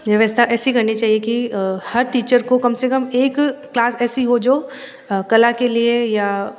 व्यवस्था ऐसी करनी चाहिए कि हर टीचर को कम से कम एक क्लास ऐसी हो जो कला के लिए या